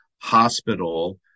hospital